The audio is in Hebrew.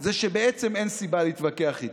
זה שבעצם אין סיבה להתווכח איתם.